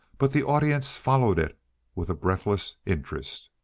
but the audience followed it with a breathless interest.